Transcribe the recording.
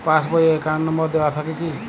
Pass বই এ account number দেওয়া থাকে কি?